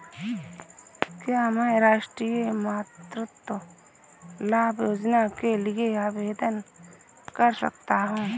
क्या मैं राष्ट्रीय मातृत्व लाभ योजना के लिए आवेदन कर सकता हूँ?